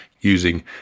using